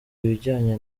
ibijyanye